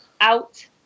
out